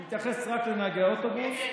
אני מתייחס רק לנהגי האוטובוס.